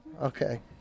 Okay